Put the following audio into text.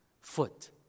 foot